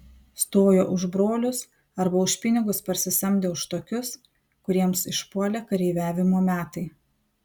stojo už brolius arba už pinigus parsisamdę už tokius kuriems išpuolė kareiviavimo metai